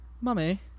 Mummy